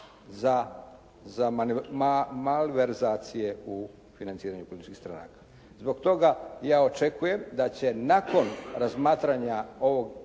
za malverzacije u financiranju političkih stranaka. Zbog toga ja očekujem da će nakon razmatranja ovog